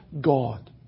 God